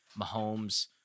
Mahomes